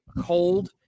cold